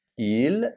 il